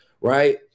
Right